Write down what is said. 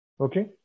Okay